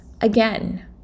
again